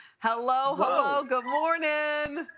hello, hello! good morning!